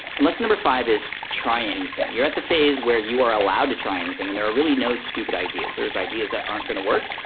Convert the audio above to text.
and lesson number five is try anything. you are at the phase where you are allowed to try anything, and there are really no stupid ideas. there are ideas that aren't gonna work,